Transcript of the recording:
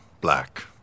black